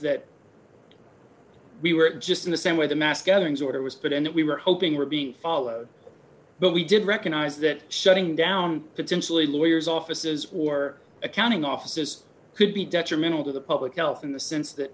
that we were just in the same way the mass gatherings order was put in that we were hoping would be followed that we did recognize that shutting down potentially lawyers offices or accounting office could be detrimental to the public health in the sense that